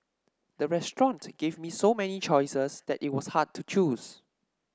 the restaurant gave me so many choices that it was hard to choose